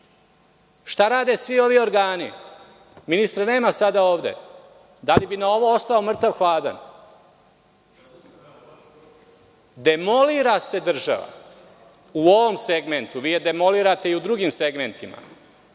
Šta rade svi ovi organi? Ministra sada nema ovde. Da li bi na ovo ostao mrtav hladan? Demolira se država u ovom segmentu. Vi je demolirate i u drugim segmentima,